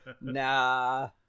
Nah